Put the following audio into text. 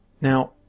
Now